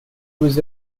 was